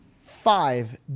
five